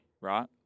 right